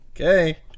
Okay